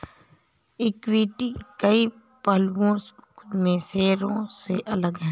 equity कई पहलुओं में शेयरों से अलग है